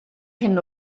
hyn